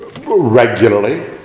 regularly